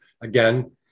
Again